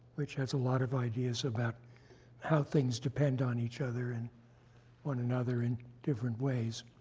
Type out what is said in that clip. which has a lot of ideas about how things depend on each other and one another in different ways.